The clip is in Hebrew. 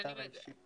מהאתר האישי.